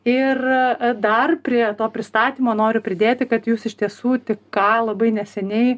ir dar prie to pristatymo noriu pridėti kad jūs iš tiesų tik ką labai neseniai